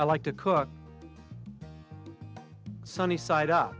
i like to cook sunny side up